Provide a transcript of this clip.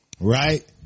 Right